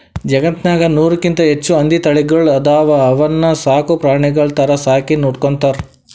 ಜಗತ್ತ್ನಾಗ್ ನೂರಕ್ಕಿಂತ್ ಹೆಚ್ಚ್ ಹಂದಿ ತಳಿಗಳ್ ಅದಾವ ಅವನ್ನ ಸಾಕ್ ಪ್ರಾಣಿಗಳ್ ಥರಾ ಸಾಕಿ ನೋಡ್ಕೊತಾರ್